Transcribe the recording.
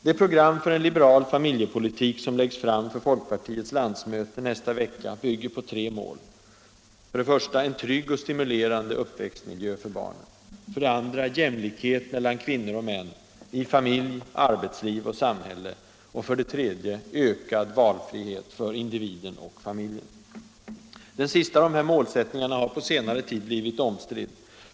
Det program för en liberal familjepolitik som läggs fram för folkpartiets landsmöte nästa vecka bygger på tre mål: 1. En trygg och stimulerande uppväxtmiljö för barnen. Den sista av de här målsättningarna har på senare tid blivit omstridd.